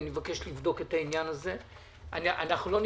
לבדוק את העניין הזה בצד המשפטי.